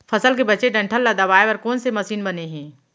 फसल के बचे डंठल ल दबाये बर कोन से मशीन बने हे?